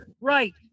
right